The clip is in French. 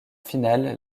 finale